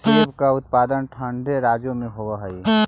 सेब का उत्पादन ठंडे राज्यों में होव हई